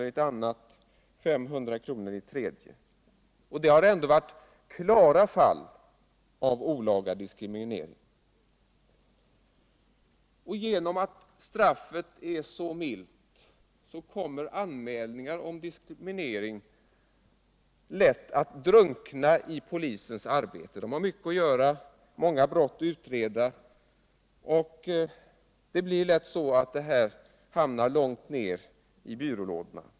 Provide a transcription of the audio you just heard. i ett annat och 500 kr. i eu tredje. Och det här har ändå varit klara fall av olaga diskriminering. Genom att straffet är så milt kommer anmälningar om diskriminering lätt att drunkna hos polisen i dess arbete. Polisen har mycket att göra, många brott att utreda, och det blir då lätt så att sådana fall hamnar långt ner i byrålådorna.